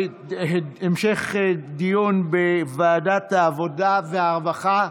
החוק תלך להמשך דיון בוועדת העבודה והרווחה.